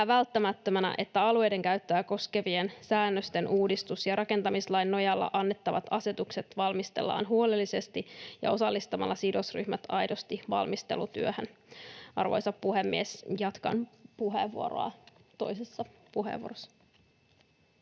välttämättömänä, että alueidenkäyttöä koskevien säännösten uudistus ja rakentamislain nojalla annettavat asetukset valmistellaan huolellisesti ja osallistamalla sidosryhmät aidosti valmistelutyöhön. — Arvoisa puhemies, jatkan puheenvuoroa toisessa puheenvuorossa.